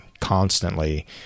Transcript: constantly